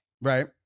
Right